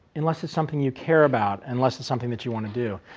unless it's something you care about, unless it's something that you want to do.